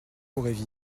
courraient